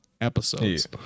episodes